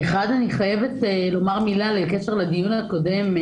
אני חייבת לומר מילה בקשר לדיון הקודם,